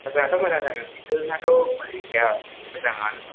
मोजाङाथ' मोजां जागोन साइकेलनाथ' कुवालिथिआ मोजाङानोबा